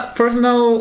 personal